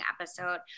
episode